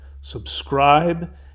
subscribe